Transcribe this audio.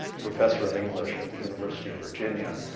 professor of english at the university of virginia,